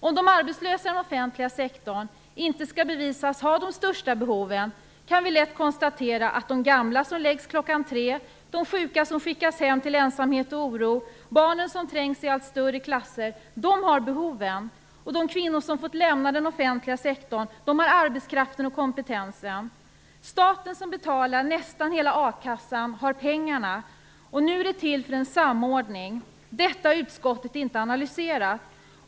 Om de arbetslösa i den offentliga sektorn inte kan bevisas ha de största behoven kan vi lätt konstatera att de gamla som läggs klockan tre, de sjuka som skickas hem till ensamhet och oro och barnen som trängs i allt större klasser har de behoven. De kvinnor som fått lämna den offentliga sektorn har arbetskraften och kompetensen. Staten som betalar nästan hela a-kassan har pengarna. Det som nu skall till är en samordning. Detta har utskottet inte analyserat.